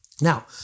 Now